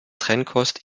trennkost